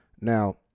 Now